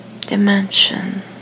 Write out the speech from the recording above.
Dimension